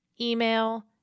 email